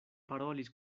parolis